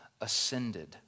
ascended